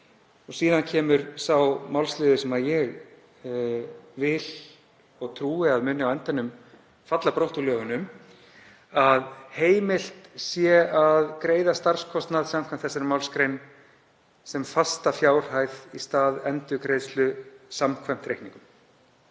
Síðan kemur sá málsliður sem ég vil og trúi að muni á endanum falla brott úr lögunum, að heimilt sé að greiða starfskostnað samkvæmt þessari málsgrein sem fasta fjárhæð í stað endurgreiðslu samkvæmt reikningum.